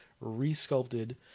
re-sculpted